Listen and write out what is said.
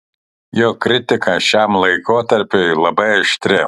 jo kritika šiam laikotarpiui labai aštri